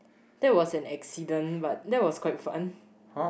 that was an accident but that was quite fun